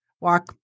walk